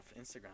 Instagram